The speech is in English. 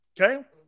Okay